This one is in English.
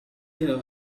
her